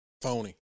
Phony